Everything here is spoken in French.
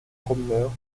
promeneurs